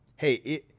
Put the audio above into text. Hey